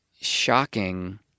shocking